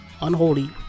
Unholy